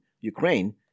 Ukraine